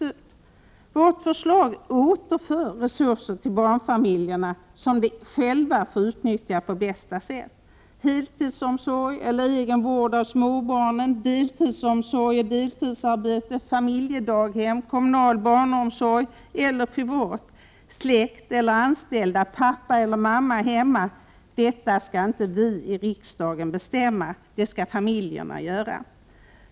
149 Vårt förslag återför resurser till barnfamiljerna som de själva får utnyttja på bästa sätt. Heltidsomsorg eller egen vård av småbarnen, deltidsomsorg och deltidsarbete, familjedaghem, kommunal omsorg eller privat, släkt eller anställda, pappa eller mamma hemma — detta skall inte vi i riksdagen bestämma. Det skall familjerna få göra.